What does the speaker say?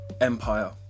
empire